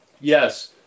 yes